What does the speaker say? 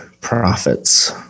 prophets